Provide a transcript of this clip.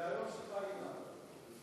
זה היום שלך, אילן.